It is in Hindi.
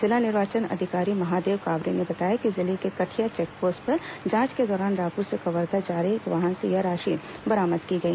जिला निर्वाचन अधिकारी महादेव कावरे ने बताया कि जिले के कठिया चेकपोस्ट पर जांच के दौरान रायपुर से कवर्धा जा रहे एक वाहन से यह राशि बरामद की गई